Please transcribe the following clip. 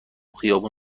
خیابون